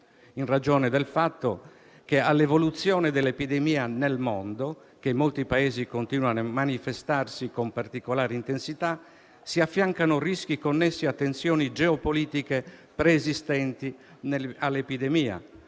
in ragione del fatto che all'evoluzione dell'epidemia nel mondo - che in molti Paesi continua a manifestarsi con particolare intensità - si affiancano rischi connessi a tensioni geopolitiche preesistenti all'epidemia